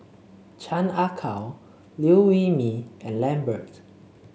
Chan Ah Kow Liew Wee Mee and Lambert